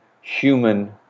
human